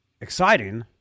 exciting